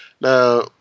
now